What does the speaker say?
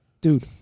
Dude